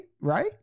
Right